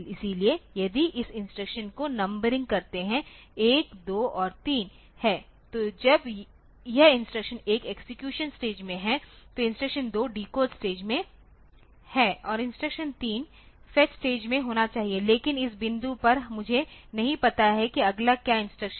इसलिए यदि इस इंस्ट्रक्शन को नंबरिंग करते है 1 2 और 3 है तो जब यह इंस्ट्रक्शन 1 एक्सेक्यूशन स्टेज में है तो इंस्ट्रक्शन 2 डिकोड स्टेज में है और इंस्ट्रक्शन 3 फेच स्टेज में होना चाहिए लेकिन इस बिंदु पर मुझे नहीं पता कि अगला क्या इंस्ट्रक्शन है